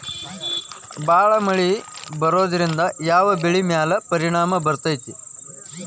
ಭಾಳ ಮಳಿ ಬರೋದ್ರಿಂದ ಯಾವ್ ಬೆಳಿ ಮ್ಯಾಲ್ ಪರಿಣಾಮ ಬಿರತೇತಿ?